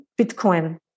Bitcoin